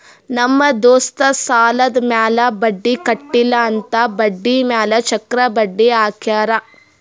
ನಮ್ ದೋಸ್ತ್ ಸಾಲಾದ್ ಮ್ಯಾಲ ಬಡ್ಡಿ ಕಟ್ಟಿಲ್ಲ ಅಂತ್ ಬಡ್ಡಿ ಮ್ಯಾಲ ಚಕ್ರ ಬಡ್ಡಿ ಹಾಕ್ಯಾರ್